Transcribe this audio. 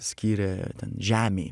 skyrė ten žemei